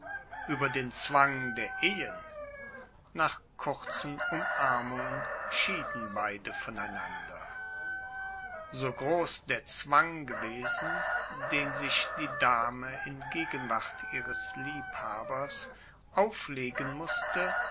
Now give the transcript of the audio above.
über den zwang der ehen nach kurzen umarmungen schieden beide voneinander so groß der zwang gewesen den sich die dame in gegenwart ihres liebhabers auflegen mußte